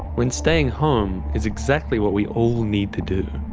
when staying home is exactly what we all need to do?